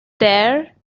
there